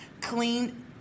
clean